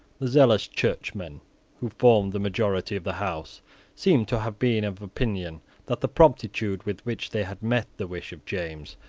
the zealous churchmen who formed the majority of the house seem to have been of opinion that the promptitude with which they had met the wish of james,